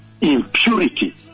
impurity